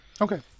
Okay